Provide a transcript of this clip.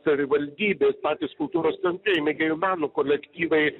savivaldybės patys kultūros centrai mėgėjų meno kolektyvai